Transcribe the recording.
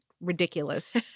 ridiculous